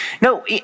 No